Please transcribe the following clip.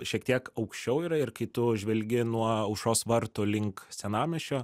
šiek tiek aukščiau yra ir kai tu žvelgi nuo aušros vartų link senamiesčio